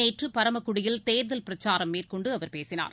நேற்றுபரமக்குடியில் தேர்தல் பிரச்சாரம் மேற்கொண்டுஅவர் பேசினார்